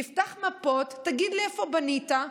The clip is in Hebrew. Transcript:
יפתח מפות: תגיד לי איפה בנית,